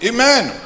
Amen